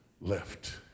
left